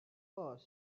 horse